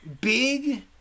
big